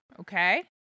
Okay